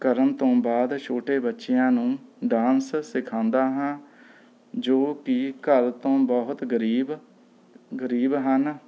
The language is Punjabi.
ਕਰਨ ਤੋਂ ਬਾਅਦ ਛੋਟੇ ਬੱਚਿਆ ਨੂੰ ਡਾਂਸ ਸਿਖਾਉਂਦਾ ਹਾਂ ਜੋ ਕਿ ਘਰ ਤੋਂ ਬਹੁਤ ਗਰੀਬ ਗਰੀਬ ਹਨ